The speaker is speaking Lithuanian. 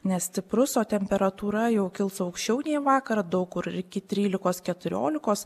nestiprus o temperatūra jau kils aukščiau nei vakar daug kur iki trylikos keturiolikos